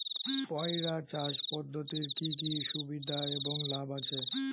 পয়রা চাষ পদ্ধতির কি কি সুবিধা এবং লাভ আছে?